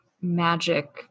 magic